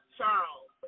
Charles